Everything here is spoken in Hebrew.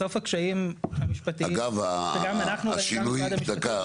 בסוף הקשיים המשפטיים שגם אנחנו וגם משרד המשפטים --- דקה.